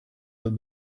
that